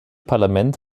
parlament